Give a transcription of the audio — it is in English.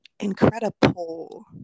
incredible